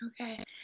Okay